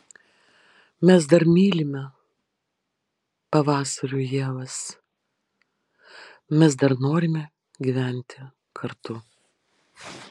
mes dar mylime pavasarių ievas mes dar norime gyventi kartu